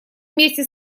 вместе